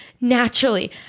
naturally